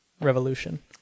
revolution